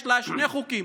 יש שני חוקים: